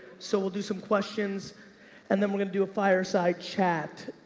so we'll do some questions and then we're going to do a fireside chat.